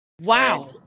wow